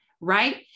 Right